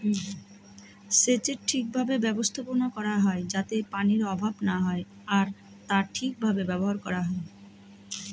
সেচের ঠিক ভাবে ব্যবস্থাপনা করা হয় যাতে পানির অভাব না হয় আর তা ঠিক ভাবে ব্যবহার করা হয়